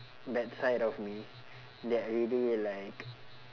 bad side of me that really like